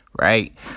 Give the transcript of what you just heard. right